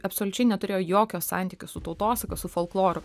absoliučiai neturėjo jokio santykio su tautosaka su folkloru